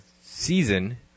Season